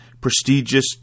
prestigious